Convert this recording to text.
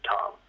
Tom